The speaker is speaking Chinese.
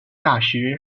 大学